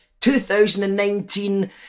2019